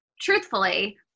truthfully